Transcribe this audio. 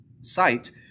site